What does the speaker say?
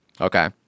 Okay